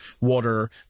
water